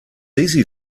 easy